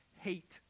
hate